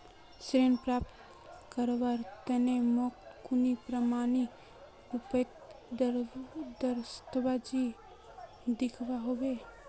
ऋण प्राप्त करवार तने मोक कुन प्रमाणएर रुपोत दस्तावेज दिखवा होबे?